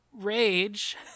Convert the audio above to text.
rage